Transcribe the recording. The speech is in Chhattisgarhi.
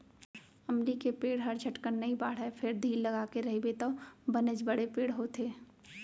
अमली के पेड़ हर झटकन नइ बाढ़य फेर धीर लगाके रइबे तौ बनेच बड़े पेड़ होथे